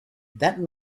that